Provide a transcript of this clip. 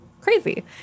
Crazy